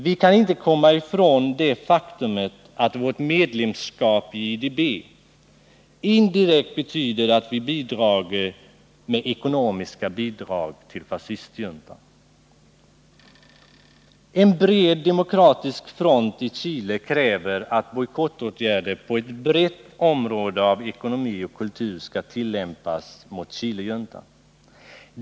Vi kan inte heller komma ifrån det faktum att vårt medlemskap i IDB indirekt betyder att vi medverkar till ekonomiska bidrag till Chilejuntan. En bred demokratisk front i Chile kräver att bojkottåtgärder på ett brett område av ekonomi och kultur skall tillämpas mot Chilejuntan.